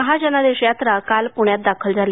महाजनादेश यात्रा काल पुण्यात दाखल झाली